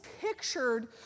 pictured